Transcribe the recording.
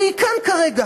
והיא כאן כרגע,